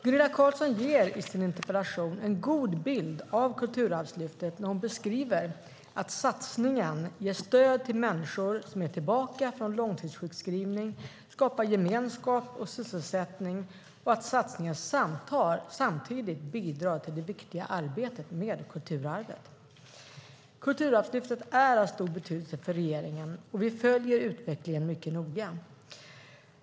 Gunilla Carlsson ger i sin interpellation en god bild av Kulturarvslyftet när hon beskriver att satsningen ger stöd till människor som är tillbaka från långtidssjukskrivning, skapar gemenskap och sysselsättning och att satsningen samtidigt bidrar till det viktiga arbetet med kulturarvet. Kulturarvslyftet är av stor betydelse för regeringen, och vi följer utvecklingen mycket noga.